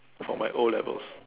for my O-levels